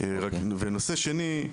נושא שני,